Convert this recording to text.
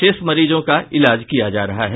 शेष मरीजों का इलाज किया जा रहा है